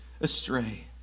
astray